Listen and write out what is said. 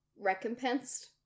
recompensed